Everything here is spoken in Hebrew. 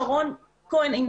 שרון כהן,